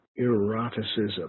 eroticism